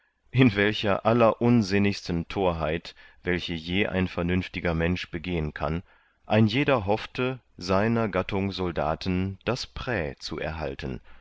in welcher allerunsinnigsten torheit welche je ein vernünftiger mensch begehen kann ein jeder hoffte seiner gattung soldaten das prä zu erhalten